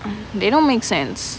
they don't make sense